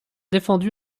défendu